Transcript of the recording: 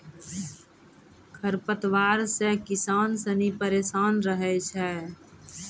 खरपतवार से किसान सनी परेशान रहै छै